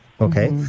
Okay